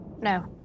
no